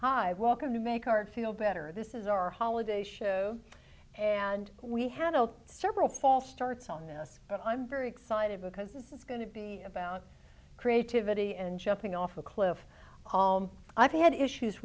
hi welcome to make our feel better this is our holiday show and we had several false starts on us but i'm very excited because this is going to be about creativity and jumping off a cliff i've had issues